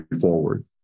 forward